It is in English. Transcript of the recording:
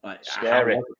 Scary